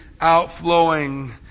outflowing